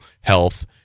health